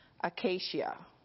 acacia